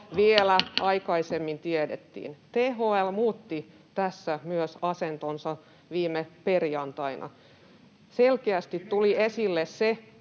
vielä aikaisemmin tiedettiin. THL muutti tässä myös asentonsa viime perjantaina. [Jani Mäkelä: